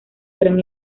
gran